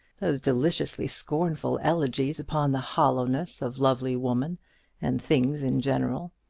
those deliciously scornful elegies upon the hollowness of lovely woman and things in general!